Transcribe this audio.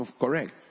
correct